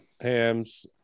hams